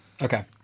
Okay